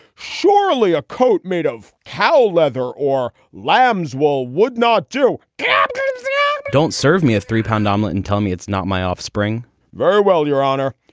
surely a coat made of cow leather or lamb's wool would not do don't serve me a three pound omelet and tell me it's not my offspring very well, your honor.